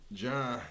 john